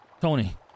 Tony